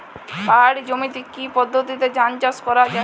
পাহাড়ী জমিতে কি পদ্ধতিতে ধান চাষ করা যায়?